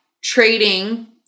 trading